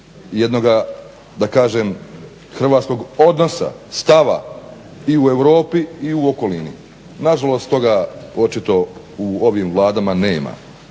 jednoga da kažem hrvatskog odnosa, stava i u Europi i u okolini. Nažalost toga očito u ovim vladama nema.